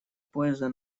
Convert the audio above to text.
поезда